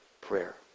prayer